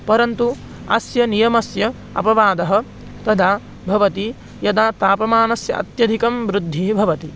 परन्तु अस्य नियमस्य अपवादः तदा भवति यदा तापमानस्य अत्यधिकं वृद्धिः भवति